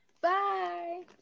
Bye